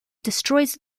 destroys